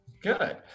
Good